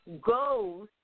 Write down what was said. goes